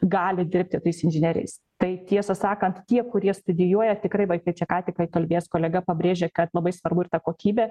gali dirbti tais inžinieriais tai tiesą sakant tie kurie studijuoja tikrai vaikai čia ką tik kalbėjęs kolega pabrėžė kad labai svarbu ir ta kokybė